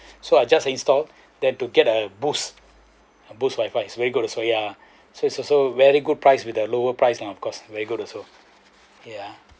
so I just installed then to get a boost boost wifi that's very good also ya so also very good price with the lowest price of course very good also yeah